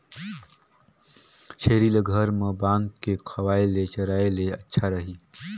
छेरी ल घर म बांध के खवाय ले चराय ले अच्छा रही?